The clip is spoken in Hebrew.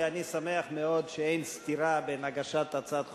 ואני שמח מאוד שאין סתירה בין הגשת הצעת החוק,